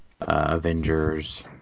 Avengers